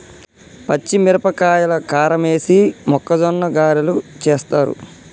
పచ్చిమిరపకాయల కారమేసి మొక్కజొన్న గ్యారలు చేస్తారు